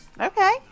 Okay